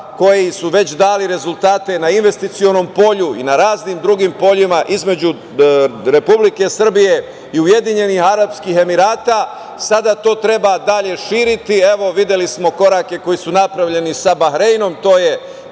koji su već dali rezultate na investicionom polju i na raznim drugim poljima između Republike Srbije i Ujedinjenih Arapskih Emirata, sada to treba dalje širiti. Evo, videli smo korake koji su napravljeni sa Bahreinom,